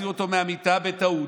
הוציאו אותו מהמיטה בטעות,